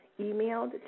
emailed